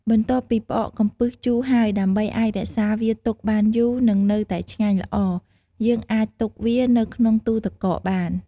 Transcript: បន្ទាប់ពីផ្អកកំពឹសជូរហើយ ដើម្បីអាចរក្សាវាទុកបានយូរ និងនៅតែឆ្ងាញ់ល្អ យើងអាចទុកវានៅក្នុងទូទឹកកកបាន។